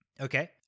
Okay